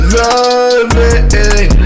loving